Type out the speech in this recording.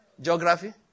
geography